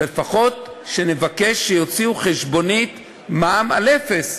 אבל לפחות שנבקש שיוציאו חשבונית על מע"מ אפס.